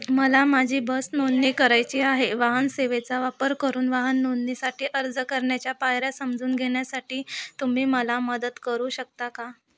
मला माझी बस नोंदणी करायची आहे वाहन सेवेचा वापर करून वाहन नोंदणीसाठी अर्ज करण्याच्या पायऱ्या समजून घेण्यासाठी तुम्ही मला मदत करू शकता का